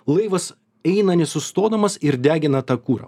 laivas eina nesustodamas ir degina tą kurą